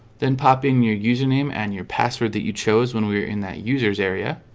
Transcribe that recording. then popping your username and your password that you chose when we were in that users area